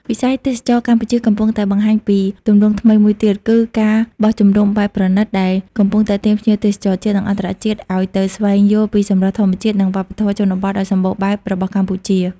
វិស័យទេសចរណ៍កម្ពុជាកំពុងតែបង្ហាញពីទម្រង់ថ្មីមួយទៀត គឺ ការបោះជំរំបែបប្រណីត ដែលកំពុងទាក់ទាញភ្ញៀវទេសចរជាតិ និងអន្តរជាតិឲ្យទៅស្វែងយល់ពីសម្រស់ធម្មជាតិ និងវប្បធម៌ជនបទដ៏សម្បូរបែបរបស់កម្ពុជា។